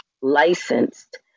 licensed